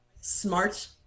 smart